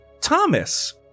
Thomas